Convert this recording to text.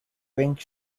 pink